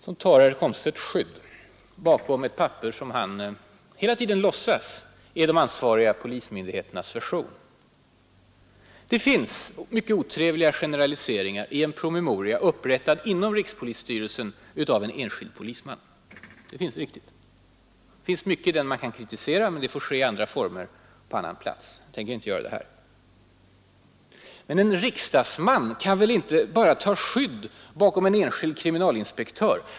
Sedan tar herr Komstedt skydd bakom det papper som han hela tiden låtsas är de ansvariga polismyndigheternas version. Det finns många otrevliga generaliseringar i en promemoria, som är upprättad av en enskild polisman inom rikspolisstyrelsen. Det finns mycket i den som man kan kritisera. Men det får ske i andra former och på annan plats. Jag tänker inte göra det här. Men en riksdagsman kan väl inte bara ta skydd bakom en enskild kriminalinspektör?